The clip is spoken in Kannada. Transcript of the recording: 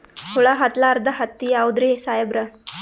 ಹುಳ ಹತ್ತಲಾರ್ದ ಹತ್ತಿ ಯಾವುದ್ರಿ ಸಾಹೇಬರ?